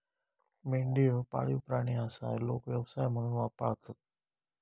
मेंढी ह्यो पाळीव प्राणी आसा, लोक व्यवसाय म्हणून पाळतत